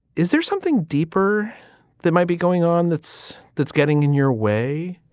is there something deeper that might be going on that's that's getting in your way?